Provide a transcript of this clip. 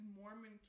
Mormon